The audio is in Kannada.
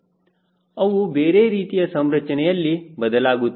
ಅವು ಬೇರೆ ರೀತಿಯ ಸಂರಚನೆಯಲ್ಲಿ ಬದಲಾಗುತ್ತವೆ